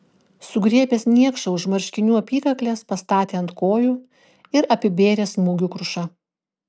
sugriebęs niekšą už marškinių apykaklės pastatė ant kojų ir apibėrė smūgių kruša